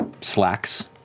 Slacks